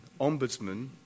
Ombudsman